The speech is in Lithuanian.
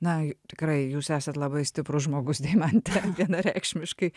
na tikrai jūs esat labai stiprus žmogus deimante vienareikšmiškai